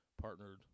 partnered